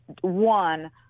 One